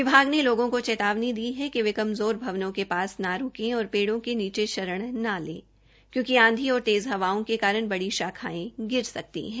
विभाग ने लोगों को चेतावनी दी है कि वे कमज़ोर भवनों के पास न रूके और पेड़ों के नीचे शरण न ले क्योकि आंधी और तेज हवाओं के कारण बड़ी शाखायें गिर सकती है